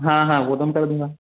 हाँ हाँ वह तो हम कर दूँगा